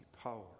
power